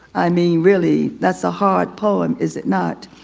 i mean, really, that's a hard poem. is it not?